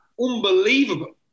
unbelievable